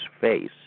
face